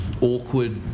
awkward